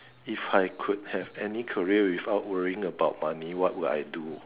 if I could have any career without worrying about money what would I do